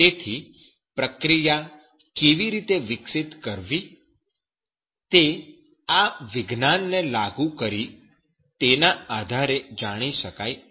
તેથી પ્રક્રિયા કેવી રીતે વિકસિત કરવી તે આ વિજ્ઞાનને લાગુ કરી તેના આધારે જાણી શકાય છે